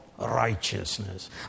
Righteousness